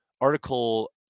article